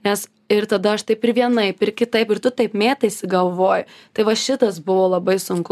nes ir tada aš taip ir vienaip ir kitaip ir tu taip mėtaisi galvoj tai va šitas buvo labai sunku